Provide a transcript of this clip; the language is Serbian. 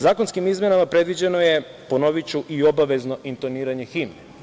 Zakonskim izmenama predviđeno je, ponoviću, i obavezno intoniranje himne.